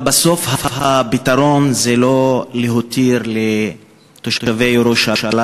אבל בסוף הפתרון זה לא להתיר לתושבי ירושלים